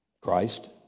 Christ